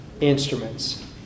Instruments